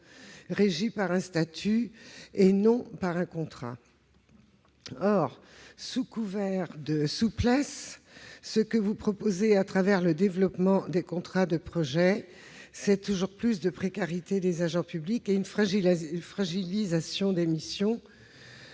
régi par un statut et non par un contrat. Or, sous couvert de souplesse, ce qu'on nous propose au travers du développement des contrats de projet, c'est toujours plus de précarité pour les agents publics et une fragilisation des missions